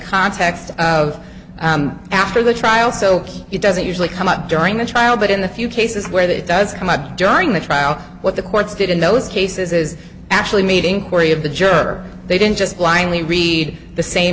context of after the trial so it doesn't usually come out during the trial but in the few cases where that does come up during the trial what the courts did in those cases is actually meeting corey of the juror they didn't just blindly read the same